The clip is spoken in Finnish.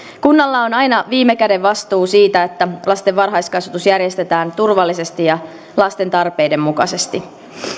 kunnalla on aina viime käden vastuu siitä että lasten varhaiskasvatus järjestetään turvallisesti ja lasten tarpeiden mukaisesti